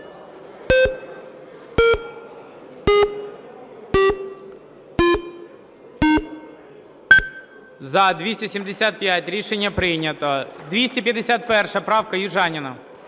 За-275 Рішення прийнято. 251 правка, Южаніна.